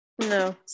No